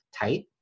tight